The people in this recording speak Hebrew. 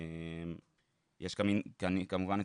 כמובן,